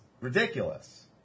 ridiculous